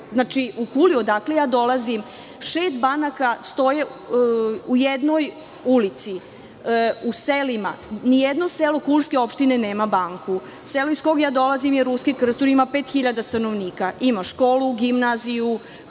Znači, u Kuli odakle ja dolazim, šest banaka stoje u jednoj ulici. U selima, ni jedno selo Kulske opštine nema banku. Selo iz kog ja dolazim je Ruski Krstur, ima pet hiljada stanovnika, ima školu, gimnaziju,